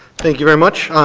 thank you very much.